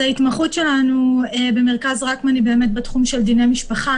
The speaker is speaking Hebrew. ההתמחות שלנו במרכז "רקמן" היא בתחום של דיני משפחה,